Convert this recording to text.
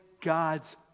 God's